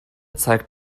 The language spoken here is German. zeigt